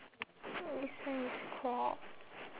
this one is crop